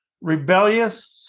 rebellious